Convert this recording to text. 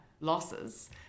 losses